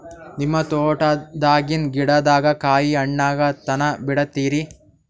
ನಿಮ್ಮ ತೋಟದಾಗಿನ್ ಗಿಡದಾಗ ಕಾಯಿ ಹಣ್ಣಾಗ ತನಾ ಬಿಡತೀರ?